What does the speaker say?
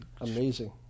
amazing